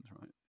right